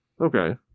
Okay